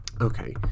okay